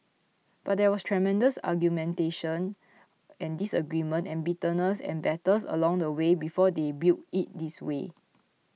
but there was tremendous argumentation and disagreement and bitterness and battles along the way before they built it this way